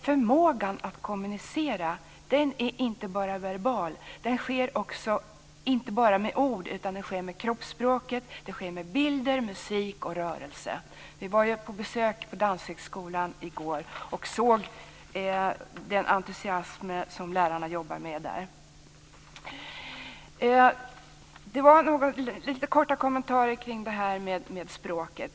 Förmågan att kommunicera är inte bara verbal. Den sker inte bara med ord, utan med kroppsspråket, bilder, musik och rörelse. Vi var på besök på Danshögskolan i går och såg den entusiasm som lärarna jobbar med där. Detta var lite korta kommentarer kring språket.